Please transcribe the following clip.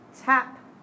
tap